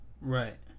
Right